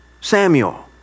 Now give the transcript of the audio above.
Samuel